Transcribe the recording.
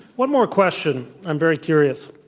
one more question. i'm very curious.